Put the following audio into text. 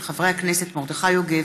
של חברי הכנסת מרדכי יוגב,